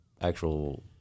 actual